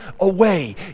away